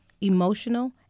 emotional